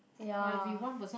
ya